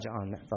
on